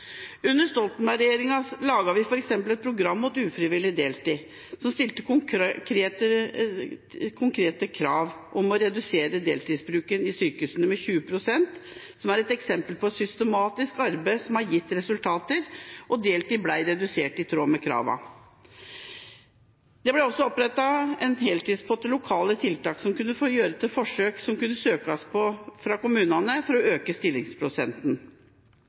Under Stoltenberg-regjeringa laget vi f.eks. et program mot ufrivillig deltid som stilte konkrete krav om å redusere deltidsbruken i sykehusene med 20 pst. Det er et eksempel på systematisk arbeid som har gitt resultater, og bruken av deltid ble redusert i tråd med kravet. Det ble også opprettet en heltidspott til lokale tiltak som kunne brukes til forsøk som kommunene kunne søke på for å øke stillingsprosenten.